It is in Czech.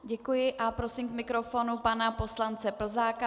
Děkuji a prosím k mikrofonu pana poslance Plzáka.